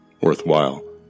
worthwhile